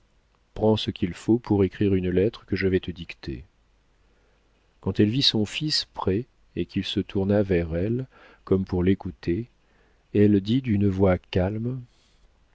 prends ce qu'il faut pour écrire une lettre que je vais te dicter quand elle vit son fils prêt et qu'il se tourna vers elle comme pour l'écouter elle dit d'une voix calme